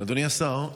אדוני השר,